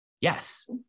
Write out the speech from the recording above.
Yes